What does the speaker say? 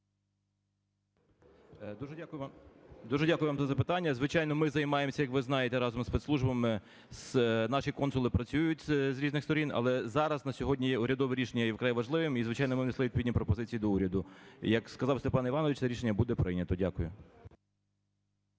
Дуже дякую вам за запитання. Звичайно, ми займаємося, як ви знаєте, разом з спецслужбами, наші консули працюють з різних сторін. Але зараз, на сьогодні, є урядове рішення вкрай важливим, і, звичайно, ми винесли відповідні пропозиції до уряду. Як сказав Степан Іванович, це рішення буде прийнято. Дякую.